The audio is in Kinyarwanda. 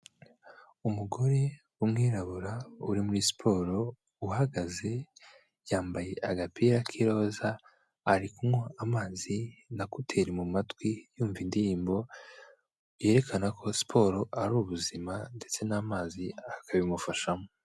Umugore w'umwirabura uri muri siporo uhagaze yambaye agapira k'iroza, ari kunywa amazi na kuteri mu matwi yumva indirimbo, yerekana ko siporo ari ubuzima ndetse n'amazi akabimufashamo.